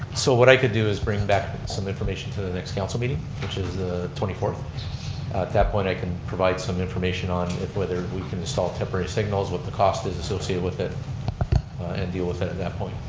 so what i could do is bring back some information to the next council meeting which is the twenty fourth. at that point i can provide some information on whether we can install temporary signals, what the cost is associated with it and deal with it at that point.